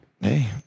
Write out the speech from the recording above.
Hey